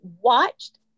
watched